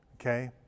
Okay